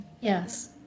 Yes